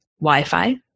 Wi-Fi